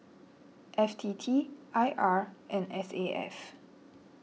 F T T I R and S A F